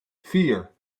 vier